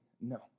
no